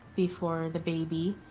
before the baby,